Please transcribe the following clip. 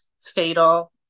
fatal